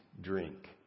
drink